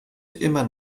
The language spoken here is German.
immer